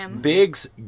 Biggs